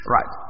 Right